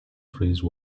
freeze